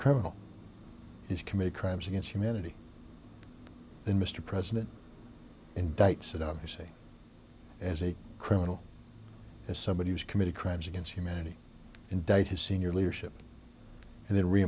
criminal he's committed crimes against humanity then mr president indict saddam hussein as a criminal as somebody who's committed crimes against humanity indict his senior leadership and then re